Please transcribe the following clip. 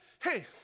Hey